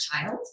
child